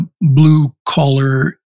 blue-collar